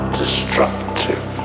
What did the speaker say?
destructive